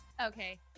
Okay